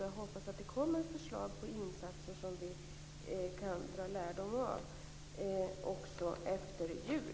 Jag hoppas att det kommer förslag på insatser som vi kan dra lärdom av efter jul.